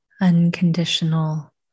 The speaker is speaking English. unconditional